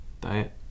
diet